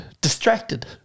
Distracted